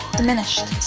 diminished